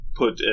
put